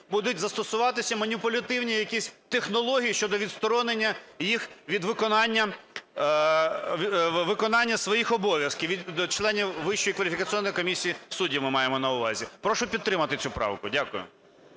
будуть застосовуватися маніпулятивні якісь технології щодо відсторонення їх від виконання своїх обов'язків і до членів Вищої кваліфікаційної комісії суддів, ми маємо на увазі. Прошу підтримати цю правку. Дякую.